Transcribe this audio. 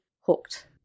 hooked